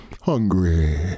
hungry